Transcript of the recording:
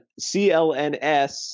CLNS